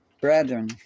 brethren